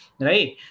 Right